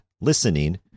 listening